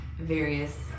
various